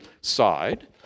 side